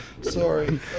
Sorry